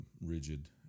rigid